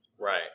Right